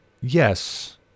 yes